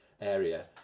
area